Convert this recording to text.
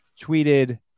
tweeted